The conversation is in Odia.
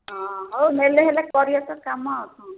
ହଁ ହଉ ହେଲେ ହେଲେ କରିବେ ତ କାମ ଆଉ କ'ଣ